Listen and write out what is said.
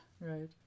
right